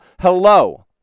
hello